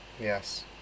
Yes